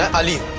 ali,